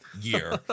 year